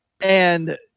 and-